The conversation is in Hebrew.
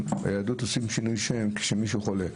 ביהדות עושים שינוי שם כשמישהו חולה.